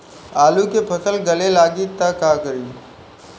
आलू के फ़सल गले लागी त का करी?